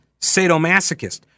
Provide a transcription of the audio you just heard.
sadomasochist